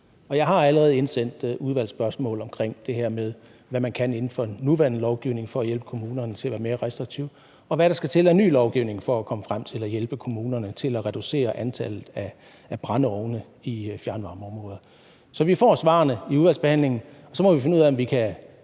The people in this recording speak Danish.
Jeg har allerede indsendt udvalgsspørgsmål omkring det her med, hvad man kan gøre inden for den nuværende lovgivning for at hjælpe kommunerne til at være mere restriktive, og hvad der skal til af ny lovgivning for at komme frem til at hjælpe kommunerne til at reducere antallet af brændeovne i fjernvarmeområder. Så vi får svarene i udvalgsbehandlingen, og så må vi finde ud af, om vi kan